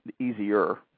easier